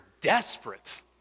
desperate